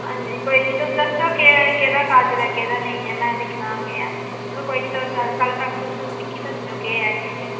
हां जी कोई नी तुस दस्सेओ केह्ड़ा काजल ऐ केह्ड़ा नेईं ऐ मैं दिक्खना केह् ऐ चलो कोई नि ते तुस कल दस्सेओ मिकी केह् ऐ केह् नेईं